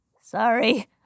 Sorry